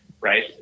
Right